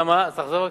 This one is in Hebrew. תחזור בבקשה.